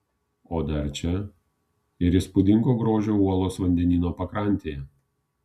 o dar čia ir įspūdingo grožio uolos vandenyno pakrantėje